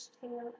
tail